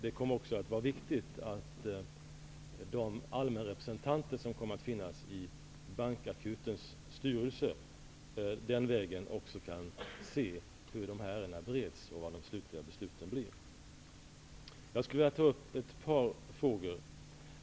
Det är också viktigt att de allmänrepresentanter som kommer att finnas i Bankakutens styrelse den vägen också kan se hur ärendena bereds och vilka de slutliga besluten blir. Jag skulle vilja ta upp ett par frågor.